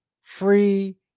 free